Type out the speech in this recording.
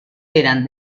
eran